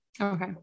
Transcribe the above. okay